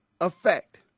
Effect